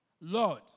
Lord